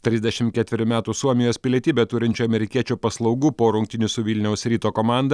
trisdešim ketverių metų suomijos pilietybę turinčio amerikiečio paslaugų po rungtynių su vilniaus ryto komanda